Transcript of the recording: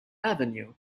avenue